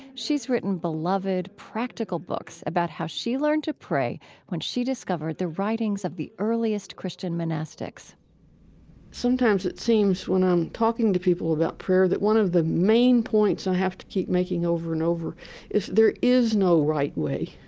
she's written beloved, practical books about how she learned to pray when she discovered the writings of the earliest christian monastics sometimes it seems when i'm talking to people about prayer that one of the main points i have to keep making over and over is there is no right way.